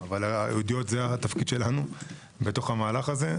אבל היהודית זה התפקיד שלנו במהלך הזה,